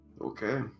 okay